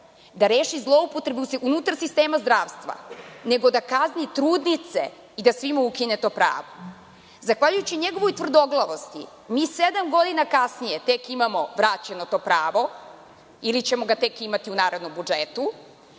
da reši zloupotrebu unutar sistema zdravstva, nego da kazni trudnice i da svima ukine to pravo. Zahvaljujući njegovoj tvrdoglavosti, mi sedam godina kasnije imamo vraćeno to pravo ili ćemo ga tek imati u narednom budžetu,